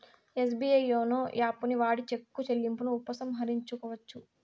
SBI YONO యాపుని వాడి చెక్కు చెల్లింపును ఉపసంహరించుకోవచ్చు